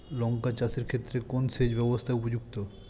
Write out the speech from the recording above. লঙ্কা চাষের ক্ষেত্রে কোন সেচব্যবস্থা উপযুক্ত?